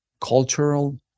cultural